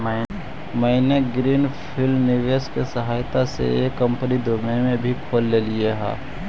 मैंने green field निवेश के सहायता से एक कंपनी दुबई में भी खोल लेके हइ